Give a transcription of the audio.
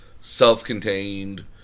self-contained